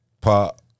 Pop